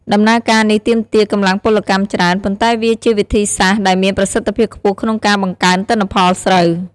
ដំណើរការនេះទាមទារកម្លាំងពលកម្មច្រើន ប៉ុន្តែវាជាវិធីសាស្រ្តដែលមានប្រសិទ្ធភាពខ្ពស់ក្នុងការបង្កើនទិន្នផលស្រូវ។